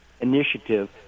initiative